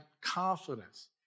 confidence